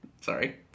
Sorry